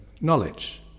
knowledge